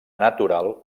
natural